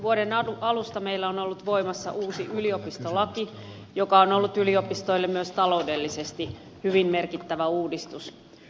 vuoden alusta meillä on ollut voimassa uusi yliopistolaki joka on ollut yliopistoille myös taloudellisesti hyvin merkittävä uudistus